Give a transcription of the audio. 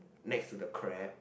next to the crab